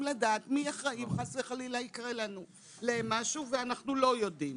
לדעת מי אחראי אם חלילה קורה להם משהו ואנחנו לא יודעים.